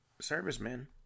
servicemen